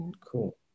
cool